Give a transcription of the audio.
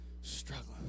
struggling